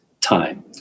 time